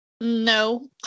No